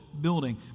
building